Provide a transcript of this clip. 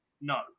No